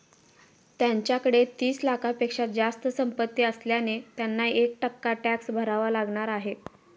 त्यांच्याकडे तीस लाखांपेक्षा जास्त संपत्ती असल्याने त्यांना एक टक्का टॅक्स भरावा लागणार आहे